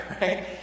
right